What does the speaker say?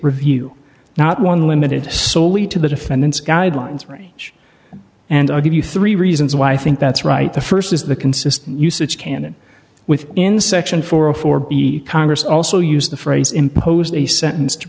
review not one limited solely to the defendant's guidelines range and i'll give you three reasons why i think that's right the st is the consistent usage canon with in section four a for b congress also used the phrase impose a sentence to